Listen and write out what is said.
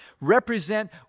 represent